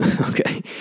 okay